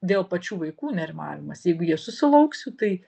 dėl pačių vaikų nerimavimas jeigu jie susilauksiu tai